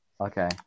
Okay